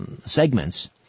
segments